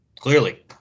Clearly